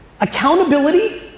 Accountability